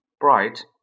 bright